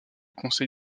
conseil